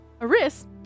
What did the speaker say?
Aris